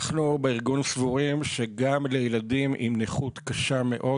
אנחנו בארגון סבורים שגם לילדים עם נכות קשה מאוד